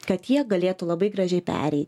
kad jie galėtų labai gražiai pereiti